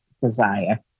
desire